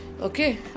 okay